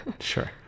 Sure